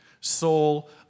soul